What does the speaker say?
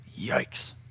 Yikes